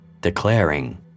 declaring